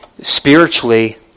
Spiritually